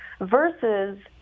versus